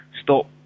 Stop